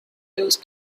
those